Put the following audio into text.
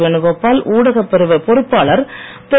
வேணுகோபால் ஊடகப் பிரிவு பொறுப்பாளர் திரு